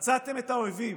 מצאתם את האויבים,